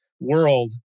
world